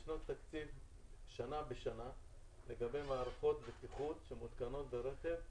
תקציב שנה בשנה לגבי מערכות בטיחות שמותקנות ברכב חדש.